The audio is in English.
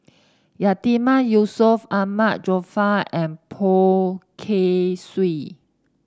Yatiman Yusof Ahmad Jaafar and Poh Kay Swee